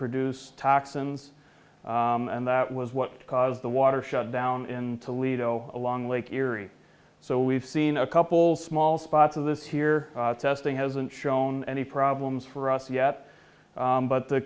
produce toxins and that was what caused the water shutdown in toledo along lake erie so we've seen a couple small spots of this here thing hasn't shown any problems for us yet but the